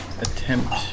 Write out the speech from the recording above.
attempt